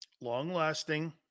Long-lasting